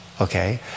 okay